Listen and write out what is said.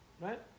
Right